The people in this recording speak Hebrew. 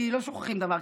כי לא שוכחים דבר כזה.